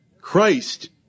Christ